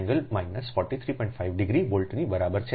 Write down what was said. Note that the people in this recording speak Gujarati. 5 ડિગ્રી વોલ્ટની બરાબર છે